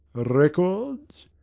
records?